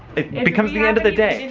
it becomes the end of the day.